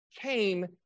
came